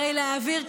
להעביר,